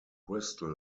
bristol